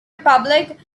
republic